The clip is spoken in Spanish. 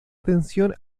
atención